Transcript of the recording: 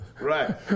Right